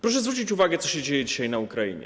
Proszę zwrócić uwagę, co się dzieje dzisiaj na Ukrainie.